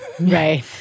Right